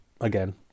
Again